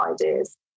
ideas